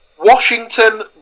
Washington